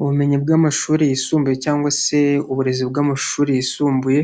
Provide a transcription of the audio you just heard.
Ubumenyi bw'amashuri yisumbuye cyangwa se uburezi bw'amashuri yisumbuye,